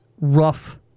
rough